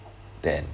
than